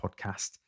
podcast